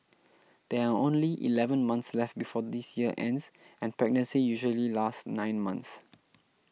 there are only eleven months left before this year ends and pregnancy usually lasts nine months